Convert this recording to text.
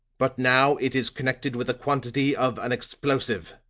but now it is connected with a quantity of an explosive